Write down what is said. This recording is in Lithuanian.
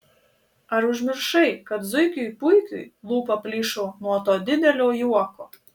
ar užmiršai kad zuikiui puikiui lūpa plyšo nuo to didelio juoko